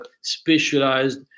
specialized